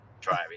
Driving